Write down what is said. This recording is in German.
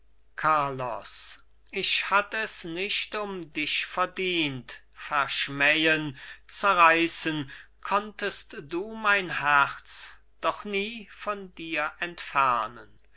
carlos ich hatt es nicht um dich verdient verschmähen zerreißen konntest du mein herz doch nie von dir entfernen